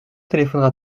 téléphonera